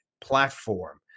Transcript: platform